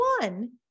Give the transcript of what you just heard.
one